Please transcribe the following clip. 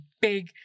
big